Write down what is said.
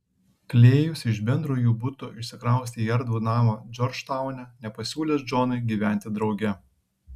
klėjus iš bendro jų buto išsikraustė į erdvų namą džordžtaune nepasiūlęs džonui gyventi drauge